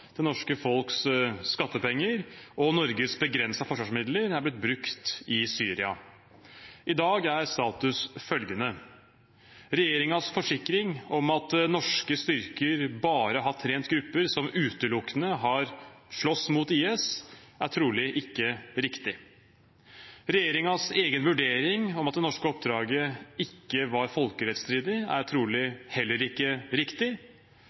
det norske folks skattepenger og Norges begrensede forsvarsmidler er blitt brukt i Syria. I dag er status følgende: Regjeringens forsikring om at norske styrker bare har trent grupper som utelukkende har slåss mot IS, er trolig ikke riktig. Regjeringens egen vurdering om at det norske oppdraget ikke var folkerettsstridig, er trolig heller ikke riktig,